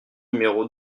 numéro